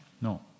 No